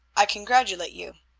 i congratulate you.